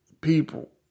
people